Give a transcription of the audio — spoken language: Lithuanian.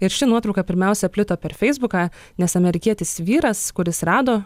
ir ši nuotrauka pirmiausia plito per feisbuką nes amerikietis vyras kuris rado